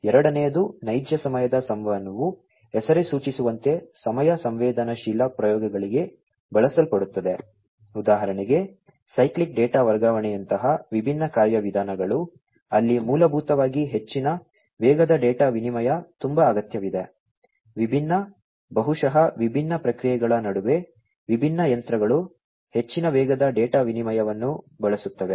ಎರಡನೆಯದು ನೈಜ ಸಮಯದ ಸಂವಹನವು ಹೆಸರೇ ಸೂಚಿಸುವಂತೆ ಸಮಯ ಸಂವೇದನಾಶೀಲ ಪ್ರಕ್ರಿಯೆಗಳಿಗೆ ಬಳಸಲ್ಪಡುತ್ತದೆ ಉದಾಹರಣೆಗೆ ಸೈಕ್ಲಿಕ್ ಡೇಟಾ ವರ್ಗಾವಣೆಯಂತಹ ವಿಭಿನ್ನ ಕಾರ್ಯವಿಧಾನಗಳು ಅಲ್ಲಿ ಮೂಲಭೂತವಾಗಿ ಹೆಚ್ಚಿನ ವೇಗದ ಡೇಟಾ ವಿನಿಮಯವು ತುಂಬಾ ಅಗತ್ಯವಿದೆ ವಿಭಿನ್ನ ಬಹುಶಃ ವಿಭಿನ್ನ ಪ್ರಕ್ರಿಯೆಗಳ ನಡುವೆ ವಿಭಿನ್ನ ಯಂತ್ರಗಳು ಹೆಚ್ಚಿನ ವೇಗದ ಡೇಟಾ ವಿನಿಮಯವನ್ನು ಬಳಸುತ್ತವೆ